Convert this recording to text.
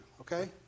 Okay